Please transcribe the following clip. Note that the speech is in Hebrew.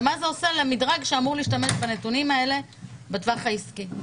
ומה זה עושה למדרג שאמור להשתמש בנתונים האלה בטווח העסקי.